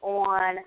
on